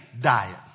diet